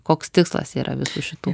koks tikslas yra visų šitų